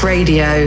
Radio